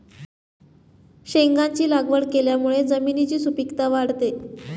शेंगांची लागवड केल्यामुळे जमिनीची सुपीकता वाढते